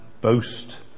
boast